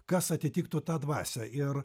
kas atitiktų tą dvasią ir